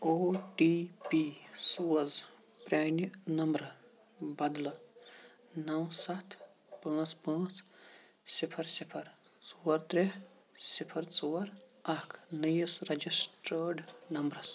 او T P سوز پرٛانہِ نمبرٕ بدلہٕ نٔو سَتھ پانژھ پانژھ صِفر صِفر ژور ترٛےٚ صِفر ژور اکھ نٔیِس ریجسٹرٲڈ نمبرَس